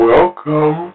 Welcome